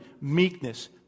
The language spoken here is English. meekness